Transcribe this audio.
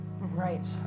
Right